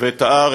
את ההר,